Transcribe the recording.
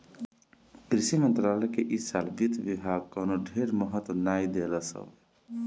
कृषि मंत्रालय के इ साल वित्त विभाग कवनो ढेर महत्व नाइ देहलस हवे